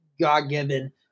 God-given